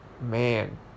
Man